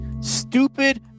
stupid